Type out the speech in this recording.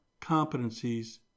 competencies